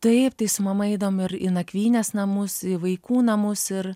taip tai su mama eidavom ir į nakvynės namus į vaikų namus ir